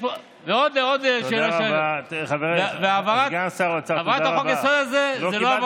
העברת חוק-היסוד הזה לא,